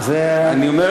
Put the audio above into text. זה בסדר,